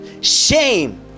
shame